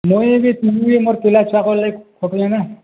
ମୁଇଁ ବି ମୁଇଁ ମୋର୍ ପିଲାଛୁଆଙ୍କର୍ ଲାଗି ଖଟୁଚେଁ ନା